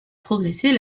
progresser